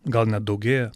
gal nedaugėja